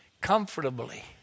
comfortably